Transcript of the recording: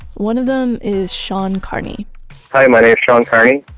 one of them is shawn carney hi, my name's shawn carney.